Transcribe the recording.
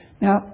Now